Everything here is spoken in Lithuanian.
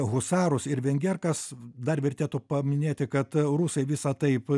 husarus ir vengerkas dar vertėtų paminėti kad rusai visą taip